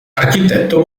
architetto